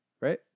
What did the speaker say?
Right